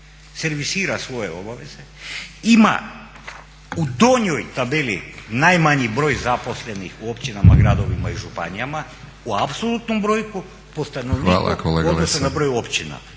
servisira svoje obaveze, ima u donjoj tabeli najmanji broj zaposlenih u općinama, gradovima i županijama u apsolutnom brojku po stanovnika u odnosu na broj općina.